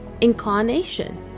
incarnation